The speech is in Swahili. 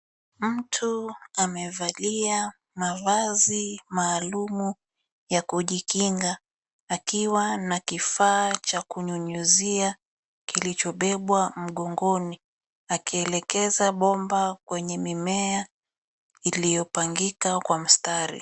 Mtu amevalia mavazi maalum ya kujikinga, akiwa na kifaa cha kunyunyizia kilichobebwa mgongoni. Akielekeza bomba kwenye mimea iliyopangika kwa mstari.